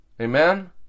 Amen